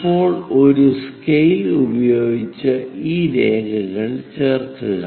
ഇപ്പോൾ ഒരു സ്കെയിൽ ഉപയോഗിച്ച് ഈ രേഖകൾ ചേർക്കുക